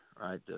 right